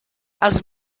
els